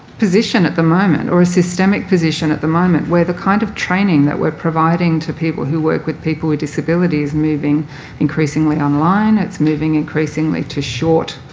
position at the moment or a systemic position at the moment where the kind of training that we're providing to people who work with people with disability moving increasingly online it's moving increasingly to short